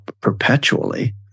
perpetually